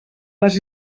les